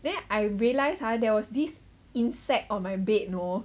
then I realized there was this insect on my bed you know